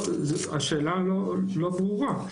השאלה לא ברורה.